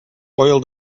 oil